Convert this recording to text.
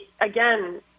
again